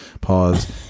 pause